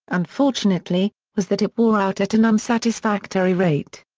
unfortunately, was that it wore out at an unsatisfactory rate.